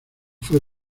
fue